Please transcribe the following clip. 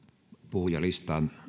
puhujalistaan